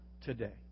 today